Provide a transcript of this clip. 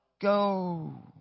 Go